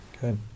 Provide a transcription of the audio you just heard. Good